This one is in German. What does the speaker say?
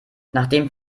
nachdem